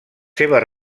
seves